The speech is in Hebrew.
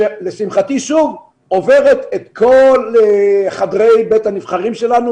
שלשמחתי עוברת את כל חברי בית הנבחרים שלנו